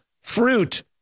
fruit